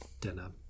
dinner